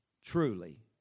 truly